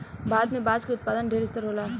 भारत में बांस के उत्पादन ढेर स्तर होला